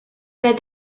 pas